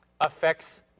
affects